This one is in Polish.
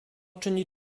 czyni